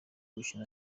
gukina